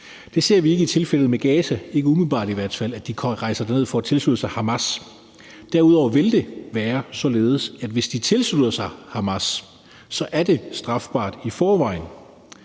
Det ser vi ikke i tilfældet med Gaza, i hvert fald ikke umiddelbart, altså at de rejser derned for at tilslutte sig Hamas. Derudover vil det være således, at hvis de tilslutter sig Hamas, er det strafbart i forvejen.